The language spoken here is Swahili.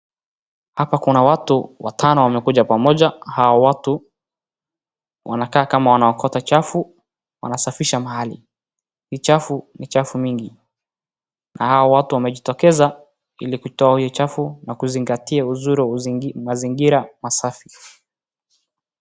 Hapa kuna watu watano wamekuja pamoja. Hawa watu wanakaa kama wanaokota chafu. Wanasafisha mahali. Hii chafu ni chafu mingi na hawa watu wamejitokeza ili kutoa hii uchafu na kuzingatia uzuri wa mazingira masafi.